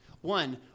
One